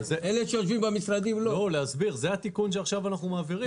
זה התיקון שעכשיו אנחנו מעבירים.